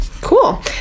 cool